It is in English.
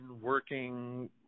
working